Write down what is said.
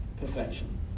perfection